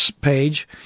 page